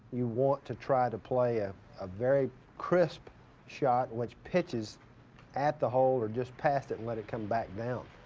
you want to try to play a ah very crisp shot which pitches at the holder just passed it. let it come back down.